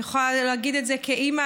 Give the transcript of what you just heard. אני יכולה להגיד את זה כאימא.